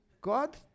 God